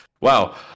Wow